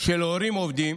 של הורים עובדים,